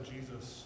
Jesus